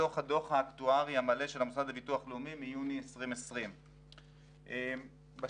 הם מתוך הדוח האקטוארי המלא של המוסד לביטוח לאומי מיוני 2020. בשקף